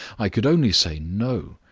i could only say no.